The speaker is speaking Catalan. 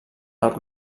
del